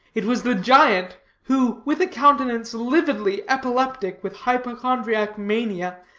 it was the giant, who, with a countenance lividly epileptic with hypochondriac mania,